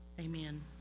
amen